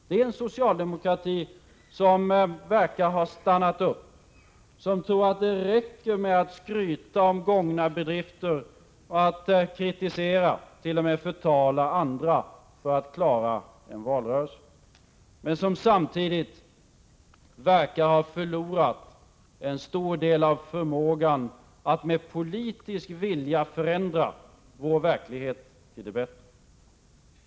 Det är en socialdemokrati som verkar ha stannat upp, som tror att det räcker med att skryta om gångna bedrifter och att kritisera, t.o.m. förtala, andra för att klara en valrörelse men som samtidigt verkar ha förlorat en stor del av förmågan att med politisk vilja förändra vår verklighet till det bättre.